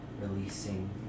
releasing